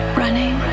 running